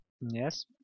Yes